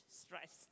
stress